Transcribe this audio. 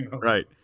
Right